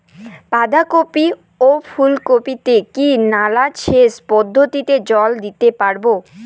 বাধা কপি ও ফুল কপি তে কি নালা সেচ পদ্ধতিতে জল দিতে পারবো?